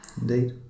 Indeed